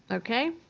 okay.